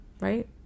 right